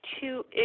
two